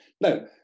No